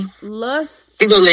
lust